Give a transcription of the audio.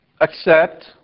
accept